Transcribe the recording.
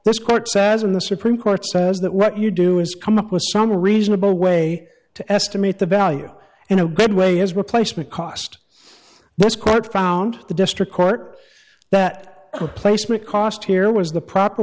this court says when the supreme court says that what you do is come up with some reasonable way to estimate the value in a good way as replacement cost this court found the district court that placement cost here was the proper